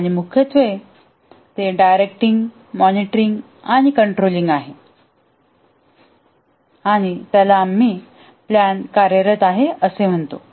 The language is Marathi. आणि मुख्यत्वे ते डायरेक्टिंग मॉनिटरिंग आणि कंट्रोलिंग आहे आणि त्याला आम्ही प्लॅन कार्यरत आहे असे म्हणतो